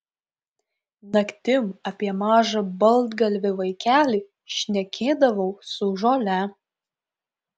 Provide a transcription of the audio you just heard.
naktim apie mažą baltgalvį vaikelį šnekėdavau su žole